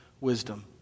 wisdom